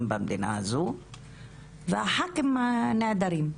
במדינה הזו וחברי הכנסת הגברים נעדרים,